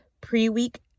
pre-week